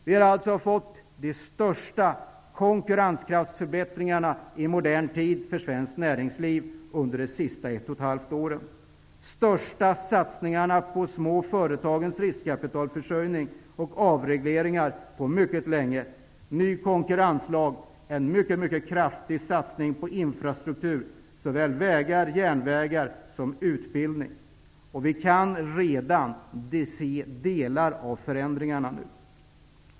Vi har alltså fått de största konkurrenskraftsförbättringarna i modern tid för svenskt näringsliv under ett och ett halvt år, de största satsningarna på småföretagens riskkapitalförsörjning och avregleringarna på mycket länge, en ny konkurrenslag sant en mycket kraftig satsning på infrastruktur, på såväl vägar och järnvägar som utbildning. Vi kan redan se delar av förändringarna.